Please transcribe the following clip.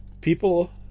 people